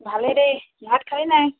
ভালেই দেই ভাত খালি নাই